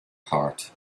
heart